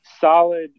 solid